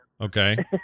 Okay